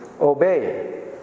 obey